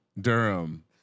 Durham